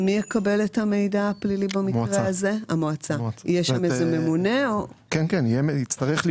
עובדי המועצה דינם כדין עובדי המדינה